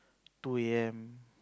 two a_m